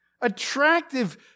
attractive